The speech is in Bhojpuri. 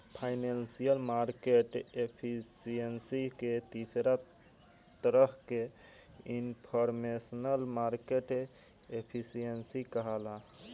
फाइनेंशियल मार्केट के एफिशिएंसी के तीसर तरह के इनफॉरमेशनल मार्केट एफिशिएंसी कहाला